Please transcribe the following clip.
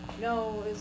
No